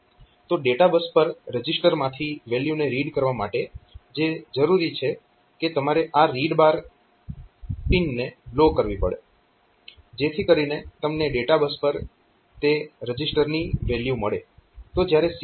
તો ડેટાબસ પર રજીસ્ટરમાંથી વેલ્યુને રીડ કરવા માટે જે જરૂરી છે કે તમારે આ રીડ બાર પિનને લો કરવી પડે જેથી કરીને તમને ડેટાબસ પર તે રજીસ્ટરની વેલ્યુ મળે